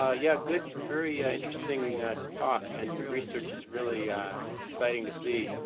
ah yeah good. very ah interesting talk, and your research is really exciting to see.